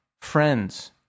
friends